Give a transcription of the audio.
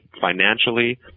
financially